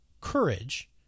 courage